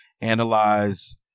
analyze